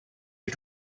you